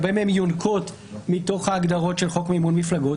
הרבה מהן יונקות מתוך ההגדרות של חוק מימון מפלגות,